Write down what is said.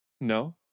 No